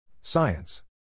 Science